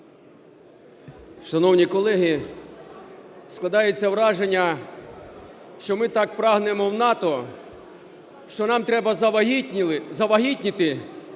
Шановні колеги, складається враження, що ми так прагнемо в НАТО, що нам треба завагітніти,